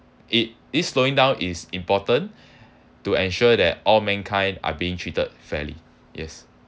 it this slowing down is important to ensure that all mankind are being treated fairly yes